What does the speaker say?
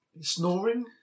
snoring